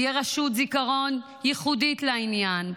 תהיה רשות זיכרון ייחודית לעניין,